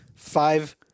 Five